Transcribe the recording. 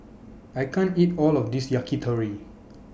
I can't eat All of This Yakitori